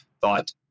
thought